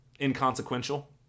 inconsequential